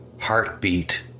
heartbeat